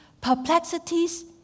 perplexities